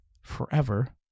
forever